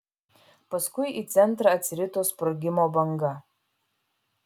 paskui į centrą atsirito sprogimo banga